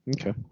Okay